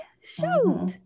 Shoot